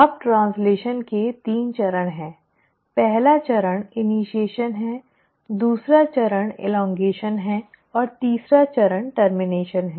अब ट्रैन्स्लैशन के 3 चरण हैं पहला चरण इनिशीएशन है दूसरा चरण ईलाँग्गेशन है और तीसरा चरण टर्मनेशन है